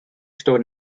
store